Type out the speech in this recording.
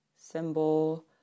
symbol